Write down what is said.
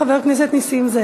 ראשון ידבר חבר הכנסת יריב לוין.